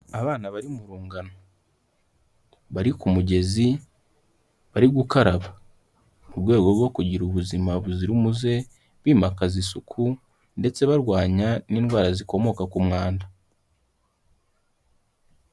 Abana bari mu rungano, bari ku mugezi, bari gukaraba, mu rwego rwo kugira ubuzima buzira umuze, bimakaza isuku, ndetse barwanya n'indwara zikomoka ku mwanda.